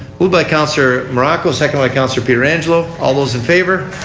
moved by counsellor morocco, seconded by counsellor pietrangelo. all those in favor.